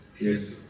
Yes